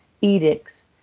edicts